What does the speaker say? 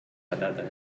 patates